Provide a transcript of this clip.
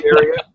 area